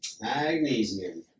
Magnesium